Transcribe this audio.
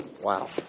wow